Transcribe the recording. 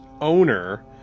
owner